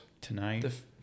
Tonight